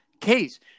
case